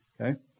Okay